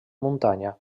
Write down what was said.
muntanya